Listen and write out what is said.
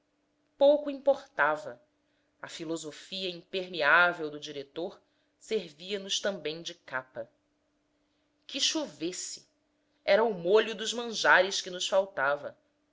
pouco importava a filosofia impermeável do diretor servia nos também de capa que chovesse era o molho dos manjares que nos faltava